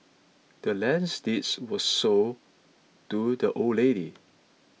the land's deed was sold to the old lady